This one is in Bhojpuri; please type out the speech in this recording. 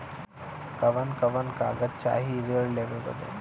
कवन कवन कागज चाही ऋण लेवे बदे?